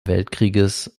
weltkrieges